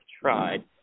tried